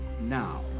now